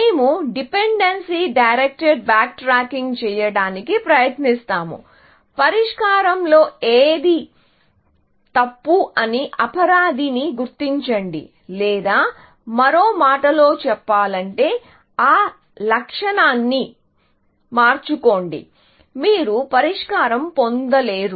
మేము dependency direct backtracking చేయడానికి ప్రయత్నిస్తాము పరిష్కారంలో ఏది తప్పు అని అపరాధి ని గుర్తించండి లేదా మరో మాటలో చెప్పాలంటే ఆ లక్షణాన్ని మార్చకుండా మీరు పరిష్కారం పొందలేరు